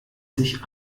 sich